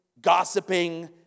gossiping